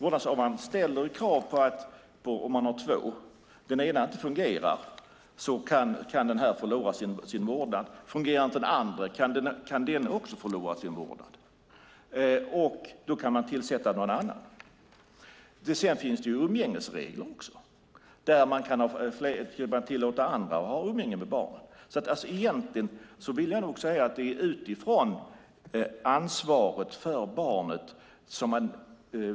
Om man har två vårdnadshavare och den ena inte fungerar kan den förlora sin vårdnad. Fungerar inte den andra kan den också förlora sin vårdnad. Då kan man tillsätta någon annan. Sedan finns det umgängesregler också. Man kan tillåta andra att ha umgänge med barnet. Egentligen vill jag nog säga att det är utifrån ansvaret för barnet.